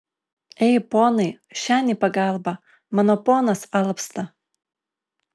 ei ponai šen į pagalbą mano ponas alpsta